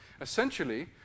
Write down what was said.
Essentially